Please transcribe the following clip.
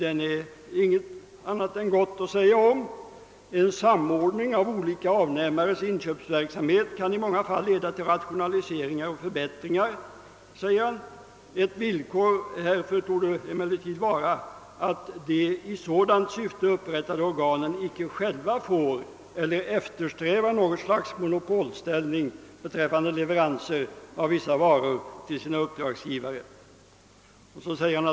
I motionen heter det: »En samordning av olika avnämares inköpsverksamhet kan i många fall leda till rationaliseringar och förbättringar. Ett villkor härför torde emellertid vara att de i sådant syfte upprättade organen icke själva får eller eftersträvar något slags monopolställning beträffande leveranser av vissa varor till sina uppdragsgivare.